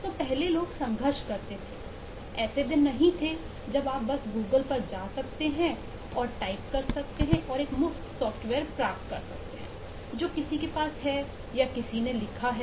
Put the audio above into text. तो पहले लोग संघर्ष करते थे ऐसे दिन नहीं थे जब आप बस गूगल पर जा सकते हैं और टाइप कर सकते हैं और एक मुफ्त सॉफ्टवेयर प्राप्त कर सकते हैं जो किसी के पास है आपके लिए लिखा है